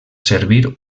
servir